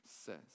says